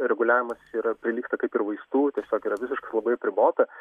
reguliavimas yra prilygsta kaip ir vaistų tiesiog yra visiškai labai atribota